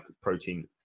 protein